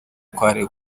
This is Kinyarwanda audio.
kwari